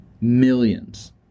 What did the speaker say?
Millions